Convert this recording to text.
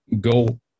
go